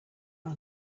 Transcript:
one